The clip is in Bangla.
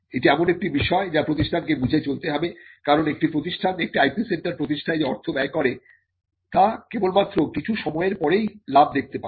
এটি এমন একটি বিষয় যা প্রতিষ্ঠান কে বুঝে চলতে হবে কারণ একটি প্রতিষ্ঠান একটি IP সেন্টার প্রতিষ্ঠায় যে অর্থ ব্যয় করে তা কেবল মাত্র কিছু সময়ের পরেই লাভ দেখতে পাবে